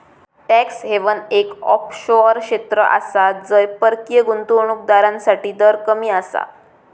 tax haven एक offshore क्षेत्र आसा जय परकीय गुंतवणूक दारांसाठी दर कमी आसा